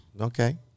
Okay